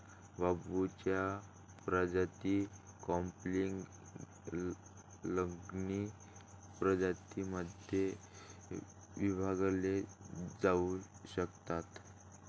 बांबूच्या प्रजाती clumping, running प्रजातीं मध्ये विभागल्या जाऊ शकतात